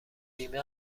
بیمه